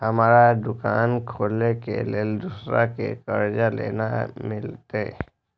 हमरा दुकान खोले के लेल दूसरा से कर्जा केना मिलते?